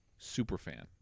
superfan